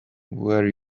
where